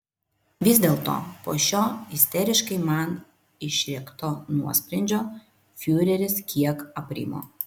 vis dėlto po šio isteriškai man išrėkto nuosprendžio fiureris kiek aprimo